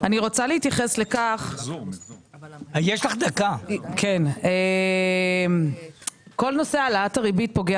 אני רוצה להתייחס לכך שכל נושא העלאת הריבית פוגע